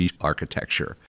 architecture